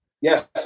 Yes